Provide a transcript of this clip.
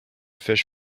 fish